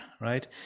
right